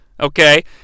okay